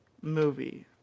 movie